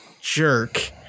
jerk